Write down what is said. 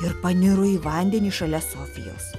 ir paniro į vandenį šalia sofijos